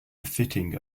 befitting